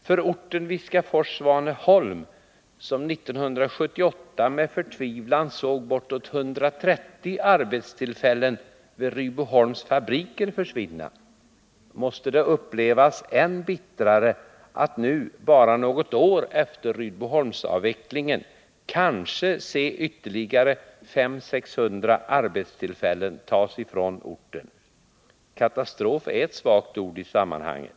I orten Viskafors-Svaneholm, där man 1978 med förtvivlan såg bortåt 130 arbetstillfällen vid Rydboholms fabriker försvinna, måste det upplevas än bittrare att nu, bara något år efter Rydboholmsavvecklingen, kanske se ytterligare 500-600 arbetstillfällen tas ifrån orten. Katastrof är ett svagt ord i sammanhanget.